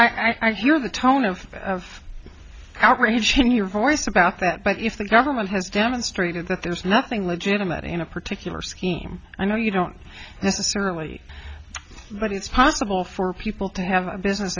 l i hear of the tone of outrage when your voice about that but if the government has demonstrated that there's nothing legitimate in a particular scheme i know you don't necessarily but it's possible for people to have a business